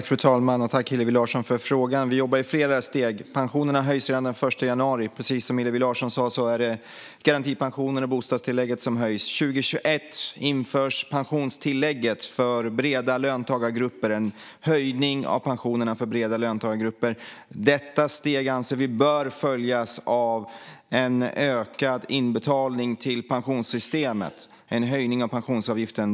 Fru talman! Tack, Hillevi Larsson, för frågan! Vi jobbar i flera steg. Pensionerna höjs redan den 1 januari. Precis som Hillevi Larsson sa höjs garantipensionen och bostadstillägget. År 2021 införs pensionstillägget, och det blir en höjning av pensionerna för breda löntagargrupper. Detta steg anser vi bör följas av en ökad inbetalning till pensionssystemet - en höjning av pensionsavgiften.